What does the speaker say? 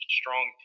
strong